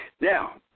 Now